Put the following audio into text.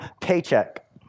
paycheck